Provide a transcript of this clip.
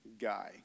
guy